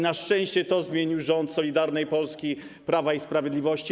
Na szczęście zmienił to rząd Solidarnej Polski i Prawa i Sprawiedliwości.